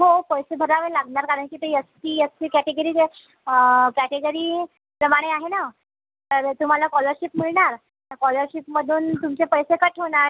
हो पैसे भरावे लागणार कारण की ते S C S T category जे कॅटेगरीप्रमाणे आहे ना तर तुम्हाला कॉलरशिप मिळणार त्या कॉलरशिपमधून तुमचे पैसे कट होणार